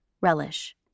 relish